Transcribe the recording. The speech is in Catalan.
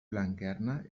blanquerna